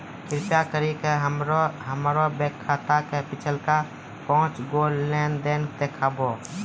कृपा करि के हमरा हमरो खाता के पिछलका पांच गो लेन देन देखाबो